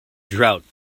drought